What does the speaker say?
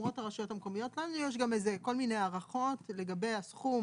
אומרות הרשויות המקומיות לנו יש גם כל מיני הערכות לגבי הסכום